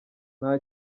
nta